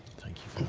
thank you